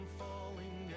falling